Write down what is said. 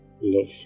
love